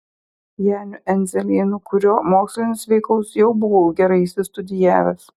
janiu endzelynu kurio mokslinius veikalus jau buvau gerai išstudijavęs